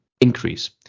increase